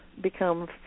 become